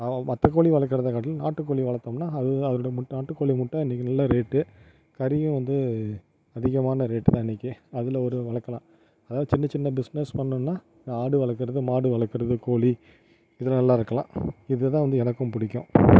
மற்ற கோழி வளர்கிறதைக்காட்டிலும் நாட்டுக்கோழி வளர்த்தம்னா அதுதான் அதனோடய முட்டை நாட்டுக்கோழி முட்டை இன்றைக்கி நல்ல ரேட்டு கறியும் வந்து அதிகமான ரேட்டுதான் இன்றைக்கி அதில் ஒரு வளர்க்கலாம் அதாவது சின்னச் சின்ன பிஸ்னஸ் பண்ணோம்னா ஆடு வளர்க்கிறது மாடு வளர்க்கிறது கோழி இதெலாம் நல்லா இருக்கலாம் இதுதான் வந்து எனக்கும் பிடிக்கும்